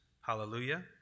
hallelujah